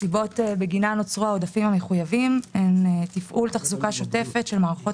הסיבות בגינן נוצרו העודפים המחויבים הן תפעול תחזוקה שוטפת של מערכת